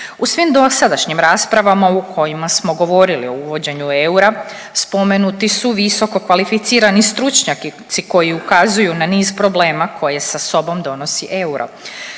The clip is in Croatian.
U svim dosadašnjim raspravama u kojima smo govorili o uvođenju eura spomenuti su visokokvalificirani stručnjaci koji ukazuju na niz problema koje sa sobom donosi euro.